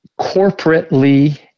corporately